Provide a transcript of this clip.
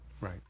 Right